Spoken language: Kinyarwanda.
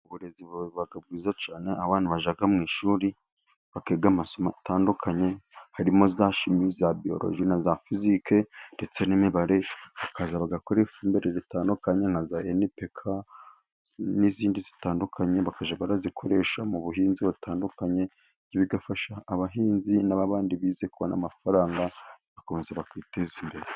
Uburezi buba bwiza cyane, aho abantu bajya mu ishuri bakiga amasomo atandukanye harimo za shimi, za biyoloji na za fizike ndetse n'imibare. Bakaza bagakora ifumbire itandukanye, na za , enipeka n'izindi zitandu kanye. Bakajya bayikoresha mu buhinzi butandukanye, ibyo bigafasha abahinzi n'abandi bize kubona amafaranga bakomeza kwiteza imbere.